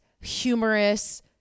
humorous